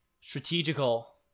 strategical